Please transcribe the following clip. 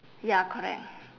ya correct